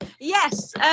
Yes